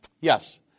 Yes